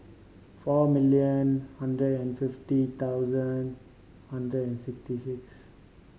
four million hundred and fifty thousand hundred and sixty six